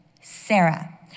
Sarah